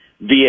via